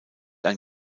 ein